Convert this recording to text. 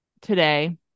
today